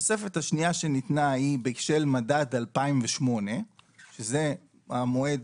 התוספת השנייה שניתנה היא בשל מדד 2008 שזה המועד